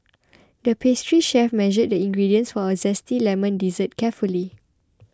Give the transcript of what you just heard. the pastry chef measured the ingredients for a Zesty Lemon Dessert carefully